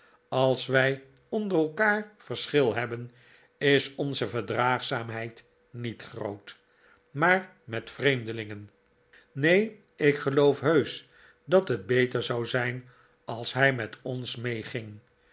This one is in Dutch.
als wij onder elkaar verschil hebben is onze verdraagzaamheid niet groot maar met vreemdelingen neen ik geloof heusch dat het beter zou zijn als hij met ons meeging